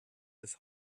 des